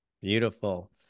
Beautiful